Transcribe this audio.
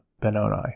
benoni